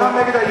אולי אחריות.